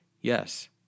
Yes